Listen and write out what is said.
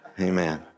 Amen